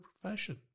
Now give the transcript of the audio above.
profession